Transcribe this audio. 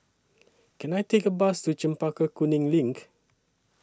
Can I Take A Bus to Chempaka Kuning LINK